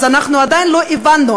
אז אנחנו עדיין לא הבנו,